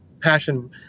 passion